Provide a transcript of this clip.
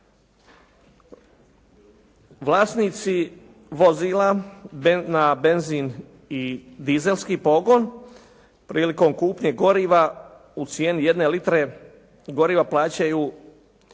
Vlasnici vozila na benzin i dizelski pogon prilikom kupnje goriva u cijeni jedne litre goriva plaćaju